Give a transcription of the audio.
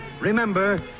Remember